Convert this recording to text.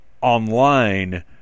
online